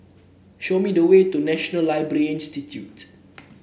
show me the way to National Library Institute